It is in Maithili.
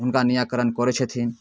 हुनका निराकरण करै छथिन